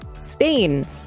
Spain